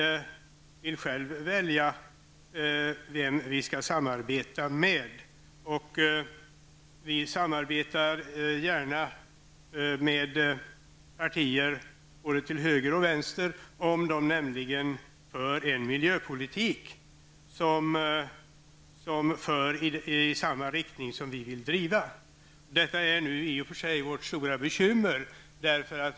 Vi vill själva välja vem vi skall samarbeta med. Vi samarbetar gärna med partier både till höger och vänster, om de för en miljöpolitik som går i samma riktning som vi vill driva miljöpolitiken. Detta är i och för sig vårt stora bekymmer.